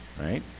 right